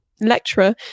lecturer